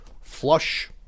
flush